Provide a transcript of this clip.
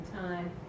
time